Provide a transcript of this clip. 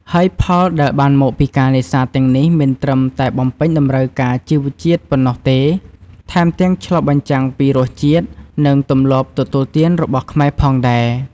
ហើយផលដែលបានមកពីការនេសាទទាំងនេះមិនត្រឹមតែបំពេញតម្រូវការជីវជាតិប៉ុណ្ណោះទេ ថែមទាំងឆ្លុះបញ្ចាំងពីរសជាតិ និងទម្លាប់ទទួលទានរបស់ខ្មែរផងដែរ។